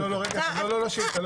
לא, לא שאילתה.